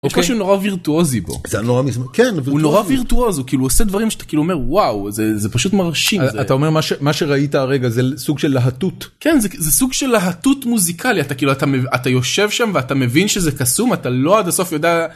אוקי יש משהו נורא וירטואוזי בו כן הוא נורא וירטואוז הוא כאילו עושה דברים שאתה כאילו אומר וואו זה זה פשוט מרשים אתה אומר שמה שראית הרגע זה סוג של להטוט כן זה סוג של להטוט מוזיקלי כאילו אתה אתה יושב שם ואתה מבין שזה קסום אתה לא עד הסוף יודע.